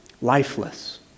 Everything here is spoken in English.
Lifeless